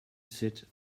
set